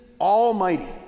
almighty